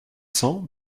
cents